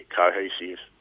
cohesive